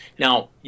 Now